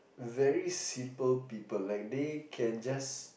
very simple people like they can just